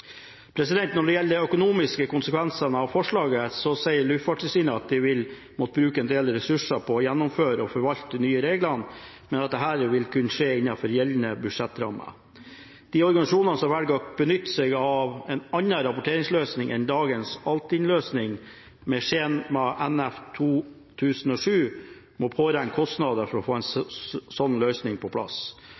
Når det gjelder de økonomiske konsekvensene av forslaget, sier Luftfartstilsynet at de vil måtte bruke en del ressurser på å gjennomføre og forvalte de nye reglene, men at dette vil kunne skje innenfor gjeldende budsjettrammer. De organisasjonene som velger å benytte seg av en annen rapporteringsløsning enn dagens Altinn-løsning med skjema NF-2007, må påregne kostnader for å få en slik løsning på plass.